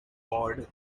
pod